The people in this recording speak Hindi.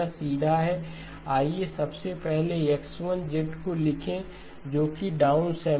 यह सीधा है आइए सबसे पहले X1 को लिखें जो कि डाउनसेंपलड है